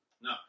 No